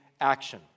action